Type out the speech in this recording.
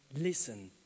listen